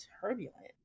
turbulent